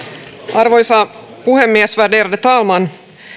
arvoisa puhemies värderade talman